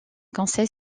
conseil